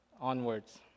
onwards